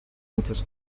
muchas